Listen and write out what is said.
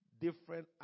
different